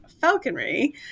falconry